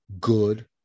good